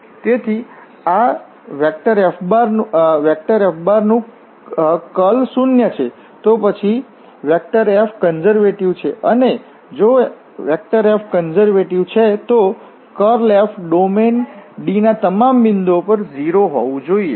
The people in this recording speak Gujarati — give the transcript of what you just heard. તેથી આ F નું કર્લ શૂન્ય છે તો પછી F કન્ઝર્વેટિવ છે અને જો F કન્ઝર્વેટિવ છે તો કર્લ F ડોમેન D ના તમામ બિંદુઓ પર 0 હોવું જોઈએ